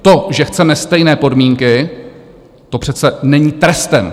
To, že chceme stejné podmínky, to přece není trestem.